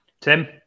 Tim